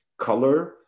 color